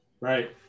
Right